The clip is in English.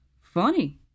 Funny